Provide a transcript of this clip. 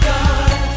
God